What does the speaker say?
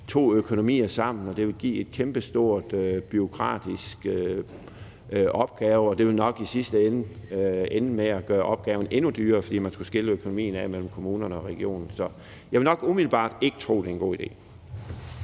to økonomier sammen, og at det vil give en kæmpestor bureaukratisk opgave, og det vil nok i sidste ende ende med at gøre opgaven endnu dyrere, fordi man skulle dele økonomien mellem kommunerne og regionerne. Så jeg vil umiddelbart nok ikke tro, at det er en god idé.